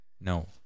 No